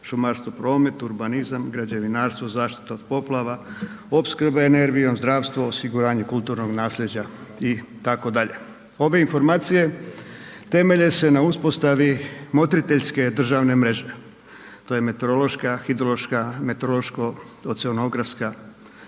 šumarstvo, promet, urbanizam, građevinarstvo, zaštita od poplava, opskrba, energijom, zdravstvo, osiguranje kulturnog nasljeđa itd. Ove informacije temelje se na uspostavi motriteljske državne mreže, to je meteorološka, hidrološka, meteorološko oceanografska